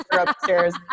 upstairs